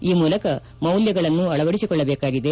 ಈ ಮೂಲಕ ಮೌಲ್ಯಗಳನ್ನು ಅಳವದಿಸಿಕೊಳ್ಳಬೇಕಾಗಿದೆ